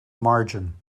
margin